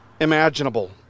imaginable